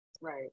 Right